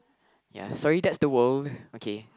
ya sorry that's the world okay